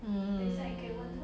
mm